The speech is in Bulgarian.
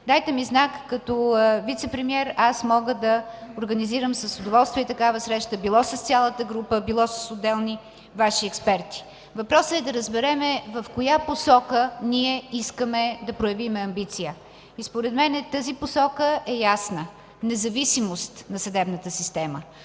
дайте ми знак – като вицепремиер мога да организирам с удоволствие такава среща, било с цялата група, било с отделни Ваши експерти. Въпросът е да разберем в коя посока искаме да проявим амбиция. Според мен тази посока е ясна – независимост на съдебната система.